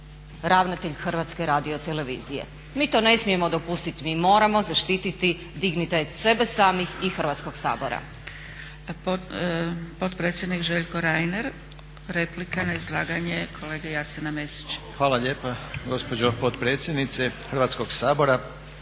raditi budale ravnatelj HRT-a. Mi to ne smijemo dopustit, mi moramo zaštititi dignitet sebe samih i Hrvatskog sabora.